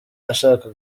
ashaka